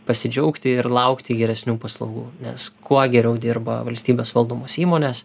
pasidžiaugti ir laukti geresnių paslaugų nes kuo geriau dirba valstybės valdomos įmonės